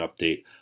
update